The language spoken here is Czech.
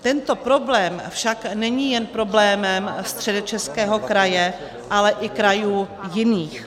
Tento problém však není jen problémem Středočeského kraje, ale i krajů jiných.